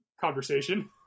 conversation